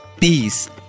peace